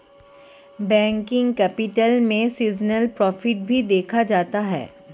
working capital में seasonal profit भी देखा जाता है